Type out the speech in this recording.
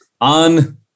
on